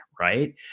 right